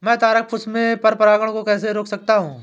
मैं तारक पुष्प में पर परागण को कैसे रोक सकता हूँ?